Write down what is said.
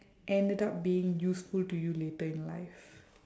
ended up being useful to you later in life